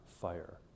fire